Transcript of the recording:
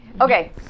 Okay